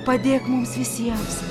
padėk mums visiems